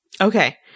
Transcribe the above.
Okay